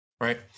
right